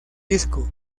disco